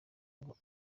ngo